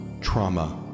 trauma